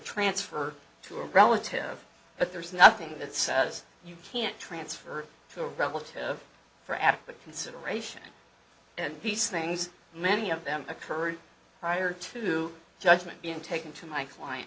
transfer to a relative but there is nothing that says you can't transfer to a relative for adequate consideration and piece things many of them occurred prior to judgment being taken to my client